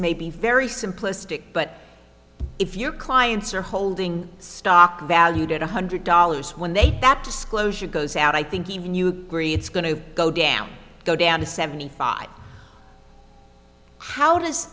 may be very simplistic but if your clients are holding stock valued at one hundred dollars when they take that disclosure goes out i think even you agree it's going to go down go down to seventy five how does